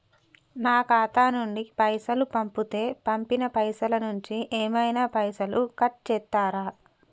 నా ఖాతా నుండి పైసలు పంపుతే పంపిన పైసల నుంచి ఏమైనా పైసలు కట్ చేత్తరా?